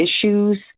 issues